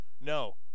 no